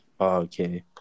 Okay